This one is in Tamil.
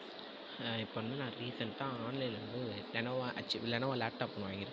இப்போ வந்து நான் ரீசெண்ட்டாக ஆன்லைனில் இருந்து லெனோவோ ஹச்சி லெனோவோ லேப்டாப் ஒன்னு வாங்கியிருக்கேன்